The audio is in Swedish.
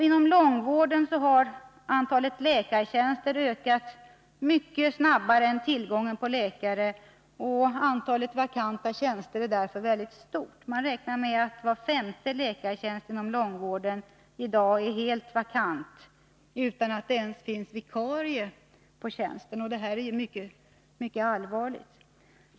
Inom långvården har antalet läkartjänster ökat mycket snabbare än tillgången till läkare, och antalet vakanta tjänster är därför mycket stort. Man räknar med att var femte läkartjänst inom långvården är helt vakant; det finns inte ens vikarier till tjänsterna. Det är allvarligt.